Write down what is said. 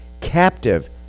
captive